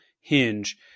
Hinge